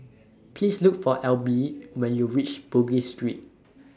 Please Look For Elby when YOU REACH Bugis Street